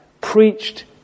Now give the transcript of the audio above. preached